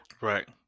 Right